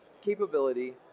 capability